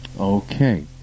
okay